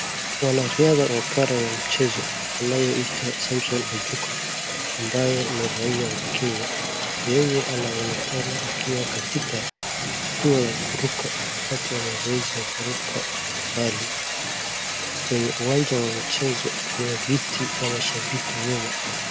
Mwanariadha wa para ya mchezo anayeitwa Samson Ochuka ambaye ni raia wa Kenya, yeye anaonekana akiwa katika hatua ya kuruka wakati wa mazoezi ya kuruka mbali kwenye uwanja wa mchezo wenye viti vya mashabiki nyuma.